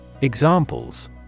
Examples